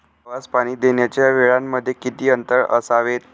गव्हास पाणी देण्याच्या वेळांमध्ये किती अंतर असावे?